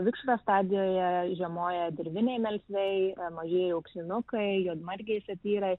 vikšro stadijoje žiemoja dirviniai melsviai mažieji auksinukai juodmargiai safyrai